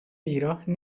بیراه